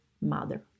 Mother